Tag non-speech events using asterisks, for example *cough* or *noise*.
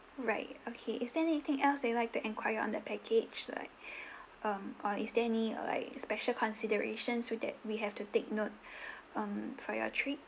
right okay is there anything else that you'd like to enquire on the package like *breath* um or is there any like special considerations so that we have to take note *breath* um for your trip